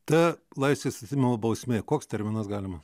ta laisvės atėmimo bausmė koks terminas galima